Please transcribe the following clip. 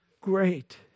great